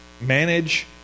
manage